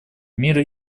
мира